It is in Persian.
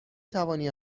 توانی